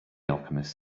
alchemist